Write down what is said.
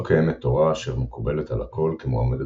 לא קיימת תורה אשר מקובלת על הכל כמועמדת